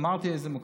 אמרתי איזה מקומות,